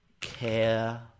care